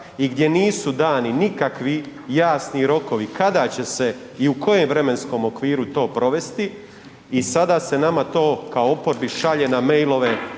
i gdje nisu dani nikakvi jasni rokovi kada će se i u kojem vremenskom okviru to provesti i sada se nama to kao oporbi šalje na mailove